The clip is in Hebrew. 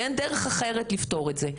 כי אין דרך אחרת לפתור את זה.